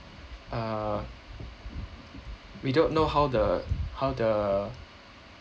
uh we don't know how the how the